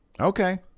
Okay